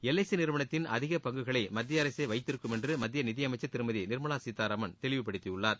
L I C நிறுவனத்தின் அதிக பங்குகளை மத்திய அரசே வைத்திருக்கும் என்று மத்திய நிதி அமைச்சர் திருமதி நிர்மலா சீதாராமன் தெளிவுபடுத்தியுள்ளார்